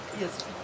Yes